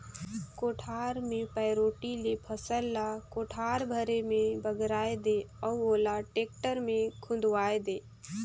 कोठार मे पैरोठी ले फसल ल कोठार भरे मे बगराय दे अउ ओला टेक्टर मे खुंदवाये दे